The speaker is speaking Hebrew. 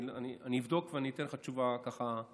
אני אבדוק ואני אתן לך תשובות מהצד,